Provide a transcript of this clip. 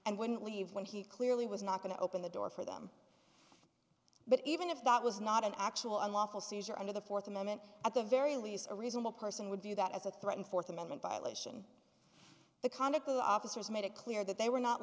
and wouldn't leave when he clearly was not going to open the door for them but even if that was not an actual unlawful seizure under the fourth amendment at the very least a reasonable person would do that as a threat and fourth amendment violation the conduct of the officers made it clear that they were not